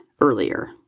earlier